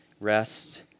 rest